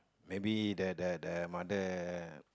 maybe the the the mother